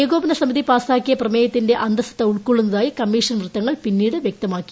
ഏകോപന സമിതി പാസാക്കിയ പ്രമേയത്തിന്റെ അന്തസത്ത ഉൾക്കൊള്ളുന്നതായി കമ്മീഷൻ വൃത്തങ്ങൾ പിന്നീട് വ്യക്തമാക്കി